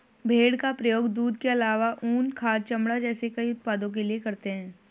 भेड़ का प्रयोग दूध के आलावा ऊन, खाद, चमड़ा जैसे कई उत्पादों के लिए करते है